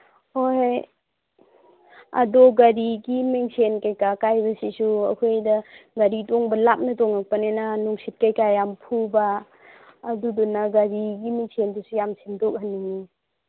ꯍꯣꯏ ꯑꯗꯨ ꯒꯥꯔꯤꯒꯤ ꯃꯤꯡꯁꯦꯜ ꯀꯩꯀꯥ ꯀꯥꯏꯕꯁꯤꯁꯨ ꯑꯩꯈꯣꯏꯗ ꯒꯥꯔꯤ ꯇꯣꯡꯕ ꯂꯥꯞꯅ ꯇꯣꯡꯉꯛꯄꯅꯤꯅ ꯅꯨꯡꯁꯤꯠ ꯀꯩꯀꯥ ꯌꯥꯝ ꯐꯨꯕ ꯑꯗꯨꯗꯨꯅ ꯒꯥꯔꯤꯒꯤ ꯃꯤꯡꯁꯦꯜꯗꯨꯁꯨ ꯌꯥꯝ ꯁꯦꯝꯗꯣꯛꯍꯟꯅꯤꯡꯏ